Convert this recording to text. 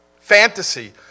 fantasy